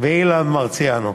אבירם ואילן מרסיאנו.